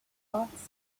watts